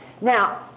Now